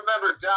remember